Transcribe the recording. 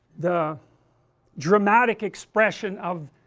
the dramatic expression of